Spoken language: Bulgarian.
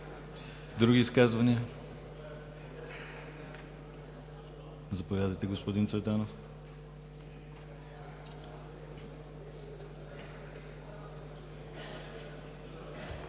Други изказвания? Заповядайте, господин Цветанов.